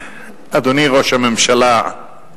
אדוני ראש הממשלה,